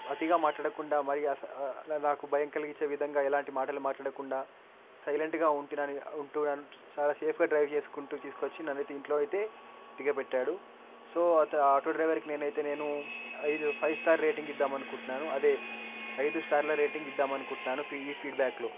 అతిగా మాట్లాడకుండా మరి అస అట్లా నాకు భయం కలిగిచ్చే విధంగా ఎలాంటి మాటలు మాట్లాడకుండా సైలెంట్గా ఉంటినాని ఉంటు నను చాలా సేఫుగా డ్రైవ్ చేసుకుంటు తీసుకొచ్చి నన్ను ఇంట్లో అయితే దిగబెట్టాడు సో అత ఆటో డ్రైవర్ కి నేనయితే నేను ఐదు ఫైవ్ స్టార్ రేటింగ్ ఇద్దాంఅని అనుకుంటున్నాను అదే ఐదు స్టార్ల రేటింగ్ ఇద్దామని అనుకుంటున్నాను ఈ ఫీడ్బ్యాక్లో